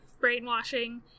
brainwashing